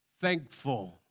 thankful